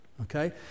Okay